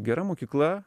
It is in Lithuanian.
gera mokykla